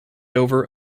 over